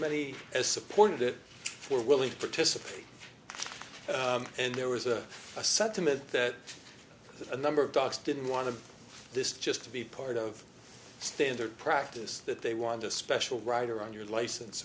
many as supported it for willing to participate and there was a sentiment that a number of docs didn't want to this just to be part of standard practice that they want a special rider on your license